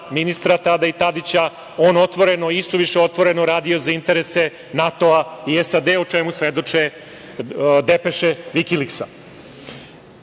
ministra tada, i Tadića on otvoreno, i isuviše otvoreno, radio za interese NATO-a i SAD-a, o čemu svedoče depeše